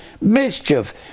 mischief